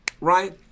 right